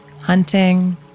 hunting